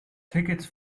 tickets